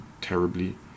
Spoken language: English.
terribly